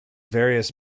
various